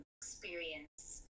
experience